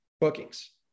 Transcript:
bookings